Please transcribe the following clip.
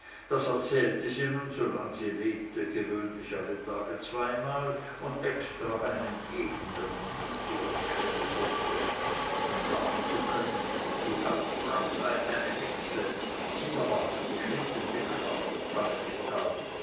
das erzählte sie nun so lange sie lebte gewöhnlich alle tage zweimal und extra einem jeden der den fuß über die schwelle setzte um sagen zu können die hausfrau sei eine hexe sie aber habe geschwind den deckel auf die pfanne getan